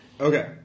Okay